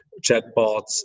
chatbots